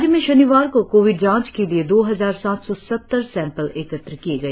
राज्य में शनिवार को कोविड जांच के लिए दो हजार सात सौ सत्तर सैंपल एकत्र किए गए